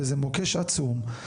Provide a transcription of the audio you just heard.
וזה מוקש עצום.